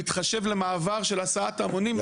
בהתחשב למעבר של הסעת המונים,